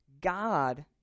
God